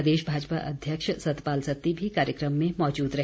प्रदेश भाजपा अध्यक्ष सतपाल सत्ती भी कार्यक्रम में मौजूद रहे